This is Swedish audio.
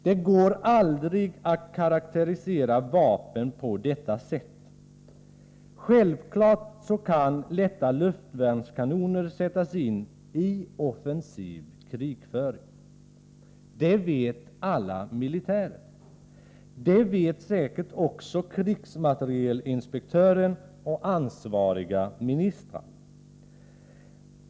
Det går aldrig att karakterisera vapen på detta sätt. Självfallet kan lätta luftvärnskanoner sättas in i offensiv krigsföring. Det vet alla militärer. Det vet säkert också krigsmaterielinspektören och ansvariga ministrar.